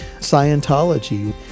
Scientology